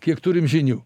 kiek turim žinių